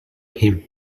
him